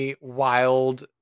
wild